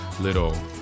little